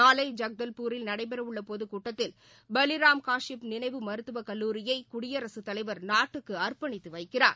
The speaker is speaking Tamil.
நாளை ஜக்தல்பூரில் நடைபெற உள்ள பொதுக் கூட்டத்தில் பலிராம் காஷ்டப் நினைவு மருத்துவக் கல்லூரியை குடியரசு தலைவர் நாட்டுக்கு அர்ப்பணித்து வைக்கிறார்